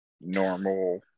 normal